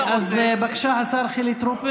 תעשה מה שאתה רוצה.